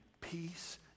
peace